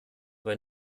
bei